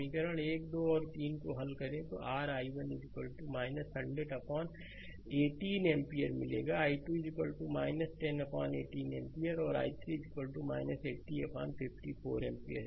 समीकरण 1 2 और 3 को हल करें तो r i1 10018 एम्पीयर मिलेगा i2 1018 एम्पीयर और i3 8054 एम्पीयर